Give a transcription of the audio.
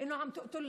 של 14 ביוני,